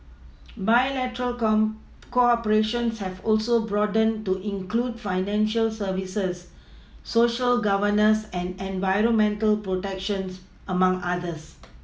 bilateral cooperation have also broadened to include financial services Social governance and environmental protections among others